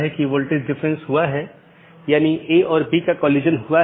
इस प्रकार एक AS में कई राऊटर में या कई नेटवर्क स्रोत हैं